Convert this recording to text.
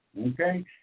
Okay